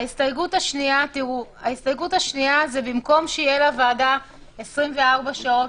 ההסתייגות השנייה היא במקום שיהיה לוועדה 24 שעות